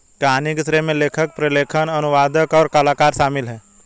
कहानी के श्रेय में लेखक, प्रलेखन, अनुवादक, और कलाकार शामिल हैं